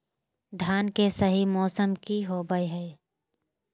धान के सही मौसम की होवय हैय?